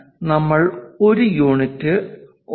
അതിനാൽ നമ്മൾ 1 യൂണിറ്റ് 1